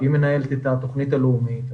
שהיא מנהלת את התוכנית הלאומית.